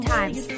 Times